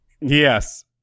Yes